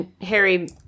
Harry